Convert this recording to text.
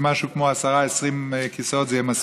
משהו כמו 10 20 כיסאות זה יהיה מספיק.